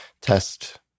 test